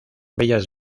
bellas